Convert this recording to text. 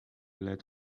let